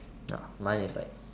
mine is like